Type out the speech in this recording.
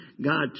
God